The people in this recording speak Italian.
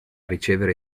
ricevere